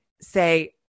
say